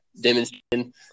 demonstration